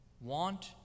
want